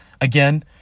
again